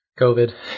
COVID